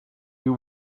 you